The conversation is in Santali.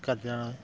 ᱠᱟᱫᱟ